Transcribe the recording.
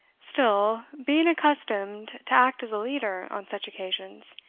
still, being accustomed to act as a leader on such occasions,